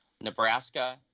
Nebraska